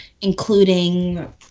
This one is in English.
including